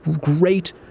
great